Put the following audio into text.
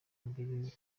mbili